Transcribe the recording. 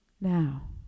Now